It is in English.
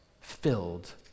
filled